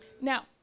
Now